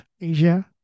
Asia